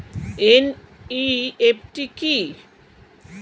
NEFT কি?